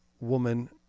woman